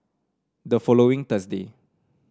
the following Thursday